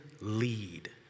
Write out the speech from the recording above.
lead